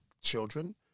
children